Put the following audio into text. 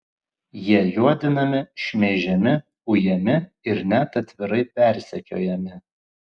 jie juodinami šmeižiami ujami ir net atvirai persekiojami